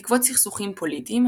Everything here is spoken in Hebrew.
בעקבות סכסוכים פוליטיים,